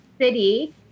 city